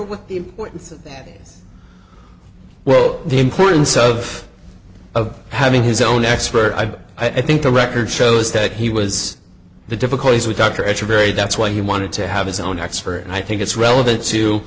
with the importance of that well the importance of of having his own expert i think the record shows that he was the difficulties with doctor it's a very that's why he wanted to have his own expert and i think it's relevant